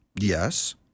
Yes